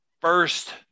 first